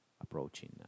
approaching